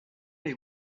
les